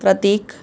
પ્રતિક